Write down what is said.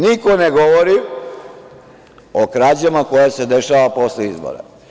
Niko ne govori o krađama koje se dešavaju posle izbora.